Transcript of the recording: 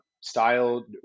style